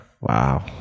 Wow